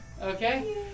Okay